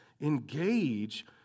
Engage